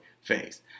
face